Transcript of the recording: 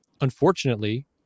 unfortunately